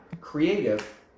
Creative